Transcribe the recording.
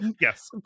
Yes